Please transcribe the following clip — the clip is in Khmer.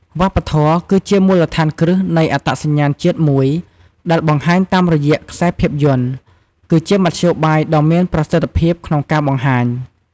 វប្បធម៌ គឺជាមូលដ្ឋានគ្រឹះនៃអត្តសញ្ញាណជាតិមួយដែលបង្ហាញតាមរយះខ្សែភាពយន្ត គឺជាមធ្យោបាយដ៏មានប្រសិទ្ធភាពក្នុងការបង្ហាញ។